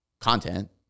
content